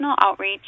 outreach